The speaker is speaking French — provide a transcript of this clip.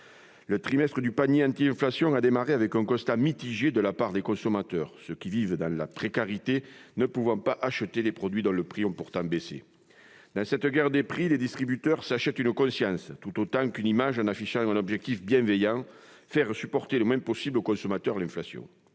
Le trimestre du panier anti-inflation a commencé par un constat mitigé de la part des consommateurs, ceux d'entre eux qui vivent dans la précarité ne pouvant acheter les produits dont les tarifs ont pourtant baissé. Dans cette guerre des prix, les distributeurs s'achètent une conscience tout autant qu'une image en affichant un objectif bienveillant : faire supporter le moins possible au consommateur les